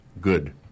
good